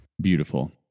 Beautiful